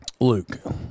luke